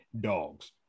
dogs